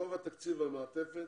רוב תקציב המעטפת,